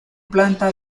planta